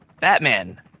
Batman